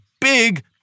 big